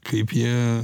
kaip jie